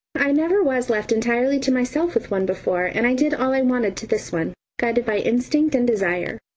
i never was left entirely to myself with one before, and i did all i wanted to this one, guided by instinct and desire.